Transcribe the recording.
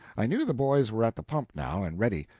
i knew the boys were at the pump now and ready.